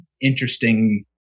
interesting